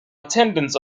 attendants